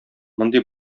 мондый